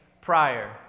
prior